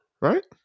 right